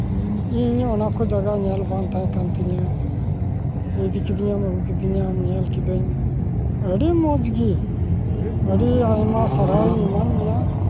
ᱤᱧ ᱚᱱᱟ ᱠᱚ ᱡᱟᱭᱜᱟ ᱧᱮᱞ ᱵᱟᱝ ᱛᱟᱦᱮᱸᱠᱟᱱ ᱛᱤᱧᱟᱹ ᱤᱫᱤ ᱠᱤᱫᱤᱧᱟᱢ ᱟᱹᱜᱩ ᱠᱤᱫᱤᱧᱟᱢ ᱧᱮᱞ ᱠᱤᱫᱟᱹᱧ ᱟᱹᱰᱤ ᱢᱚᱡᱽᱜᱮ ᱟᱹᱰᱤ ᱟᱭᱢᱟ ᱥᱟᱨᱦᱟᱣᱤᱧ ᱮᱢᱟᱫ ᱢᱮᱭᱟ